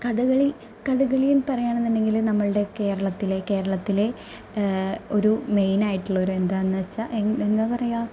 കഥകളി കഥകളിയില് പറയുകയാണെന്ന് ഉണ്ടെങ്കില് നമ്മളുടെ കേരളത്തിലെ കേരളത്തിലെ ഒരു മെയിനായിട്ടുള്ള ഒരു എന്താന്ന് വെച്ചാൽ എന് എന്താ പറയുക